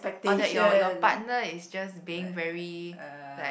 or that your your partner is just being very like